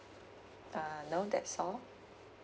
uh no that's all